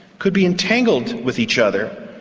could be entangled with each other,